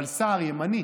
אבל סער ימני,